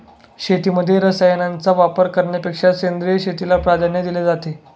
शेतीमध्ये रसायनांचा वापर करण्यापेक्षा सेंद्रिय शेतीला प्राधान्य दिले जाते